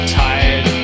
tired